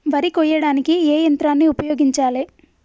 వరి కొయ్యడానికి ఏ యంత్రాన్ని ఉపయోగించాలే?